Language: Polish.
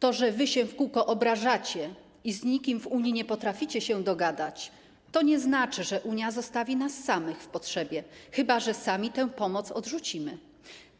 To, że wy się w kółko obrażacie i z nikim w Unii nie potraficie się dogadać, nie znaczy, że Unia zostawi nas samych w potrzebie, chyba że sami tę pomoc odrzucimy,